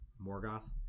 Morgoth